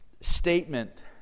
statement